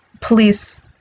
police